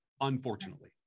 unfortunately